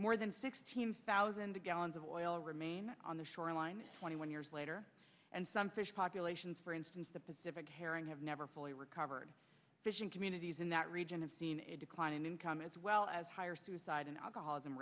more than sixteen thousand gallons of oil remain on the shoreline twenty one years later and some fish populations for instance the pacific herring have never fully recovered fishing communities in that region have seen a decline in income as well as higher suicide and alcoholism